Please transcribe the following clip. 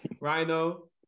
Rhino